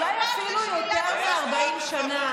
אולי אפילו יותר מ-40 שנה,